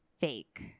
fake